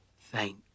thank